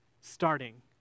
starting